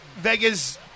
Vegas